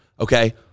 Okay